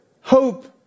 hope